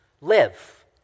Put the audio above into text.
live